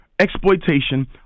exploitation